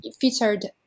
featured